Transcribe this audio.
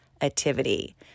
activity